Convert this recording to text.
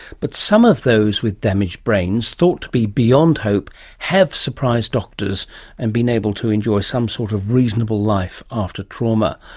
but some of those with damaged brains thought to be beyond hope have surprised doctors and been able to enjoy some sort of reasonable life after trauma.